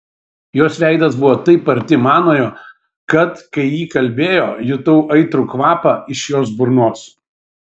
jos veidas buvo taip arti manojo kad kai ji kalbėjo jutau aitrų kvapą iš jos burnos